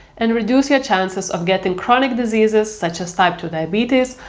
and reduce your chances of getting chronic diseases such as type two diabetes,